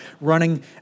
running